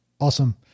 Awesome